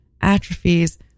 atrophies